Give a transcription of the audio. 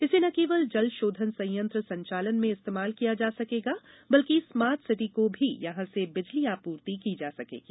इसे न केवल जल षोधन संयंत्र संचालन में इस्तेमाल किया जा सकेगा बल्कि स्मार्ट सिटी को भी यहां से बिजली आपूर्ति की जा सकेगी